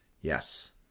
Yes